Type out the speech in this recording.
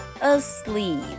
asleep